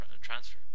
transfer